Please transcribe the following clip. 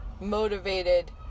motivated